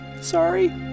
Sorry